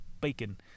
bacon